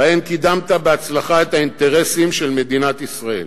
ובהן קידמת בהצלחה את האינטרסים של מדינת ישראל.